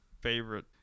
favorite